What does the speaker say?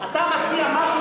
אתה מציע משהו,